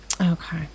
Okay